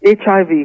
HIV